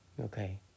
Okay